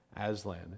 Aslan